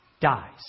dies